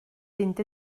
fynd